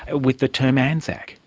with the term anzac.